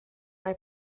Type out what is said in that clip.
mae